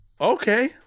Okay